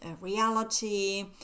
reality